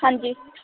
ਹਾਂਜੀ